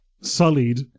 sullied